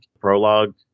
prologue